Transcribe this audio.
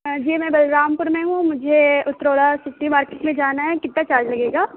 جی میں بلرام پور میں ہوں مجھے اترولہ سٹی مارکیٹ میں جانا ہیں کتا چارج لگے گا